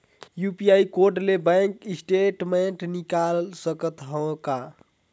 UPI ले bank statement निकाल सकत हवं का?